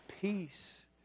peace